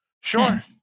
Sure